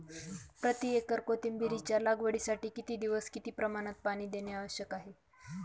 प्रति एकर कोथिंबिरीच्या लागवडीसाठी किती दिवस किती प्रमाणात पाणी देणे आवश्यक आहे?